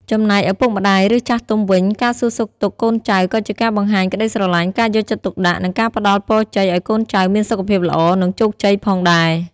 ចំណែកឪពុកម្តាយ ឬចាស់ទុំវិញ ការសួរសុខទុក្ខកូនចៅក៏ជាការបង្ហាញក្តីស្រឡាញ់ ការយកចិត្តទុកដាក់ និងការផ្តល់ពរជ័យឲ្យកូនចៅមានសុខភាពល្អ និងជោគជ័យផងដែរ។